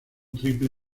triple